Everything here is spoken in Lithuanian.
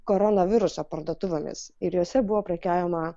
koronaviruso parduotuvėmis ir jose buvo prekiaujama